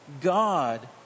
God